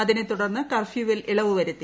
അതിനെ തുടർന്ന് കർഫ്യൂവിൽ ഇളവ് വരുത്തി